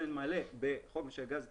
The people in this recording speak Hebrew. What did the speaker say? באופן מלא בחופש הגז הטבעי,